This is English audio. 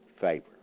favor